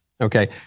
okay